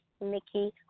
Mickey